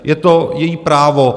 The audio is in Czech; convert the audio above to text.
Je to její právo.